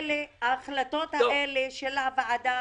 אבל ההחלטות האלה של הוועדה